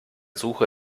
suche